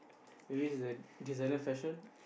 maybe it's a designer fashion